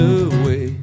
away